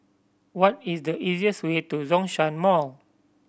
what is the easiest way to Zhongshan Mall